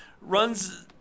Runs